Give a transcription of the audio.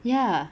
ya